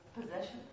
Possession